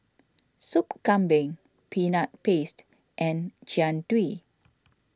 Soup Kambing Peanut Paste and Jian Dui